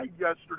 yesterday